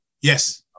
Yes